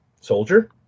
soldier